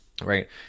right